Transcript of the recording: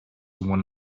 one